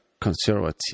conservative